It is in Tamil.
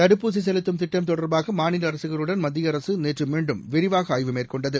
தடுப்பூசிசெலுத்தும் திட்டம் தொடர்பாகமாநிலஅரசுகளுடன் மத்தியஅரசுநேற்றுமீண்டும் விரிவாகஆய்வு மேற்கொண்டது